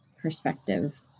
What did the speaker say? perspective